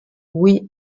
oui